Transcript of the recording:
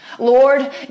Lord